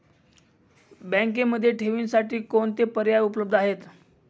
बँकेमध्ये ठेवींसाठी कोणते पर्याय उपलब्ध आहेत?